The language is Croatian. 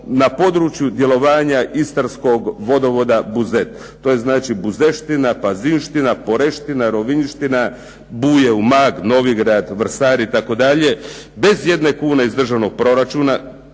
na području djelovanja istarskog vodovoda "Buzet", to je znači buzeština, pazinština, poreština, rovinjština, Buje, Umag, Novigrad, Vrsar itd., bez jedne kune iz državnog proračuna,